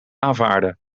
aanvaarden